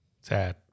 sad